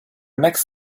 next